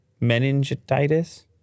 meningitis